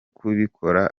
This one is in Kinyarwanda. kubikora